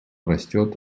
растет